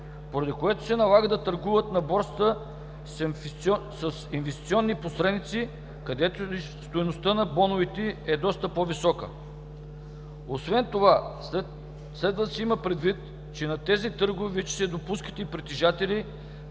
Поради това се налага да търгуват на борсата с инвестиционни посредници, където стойността на боновете е доста по-висока. Освен това следва да се има предвид, че на тези търгове вече се допускат и притежатели